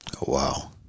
Wow